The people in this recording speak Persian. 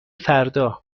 فردا